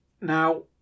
Now